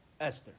Esther